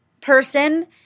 person